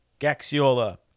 Gaxiola